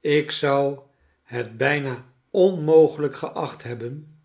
ik zou het bijna onmogelijk geacht hebben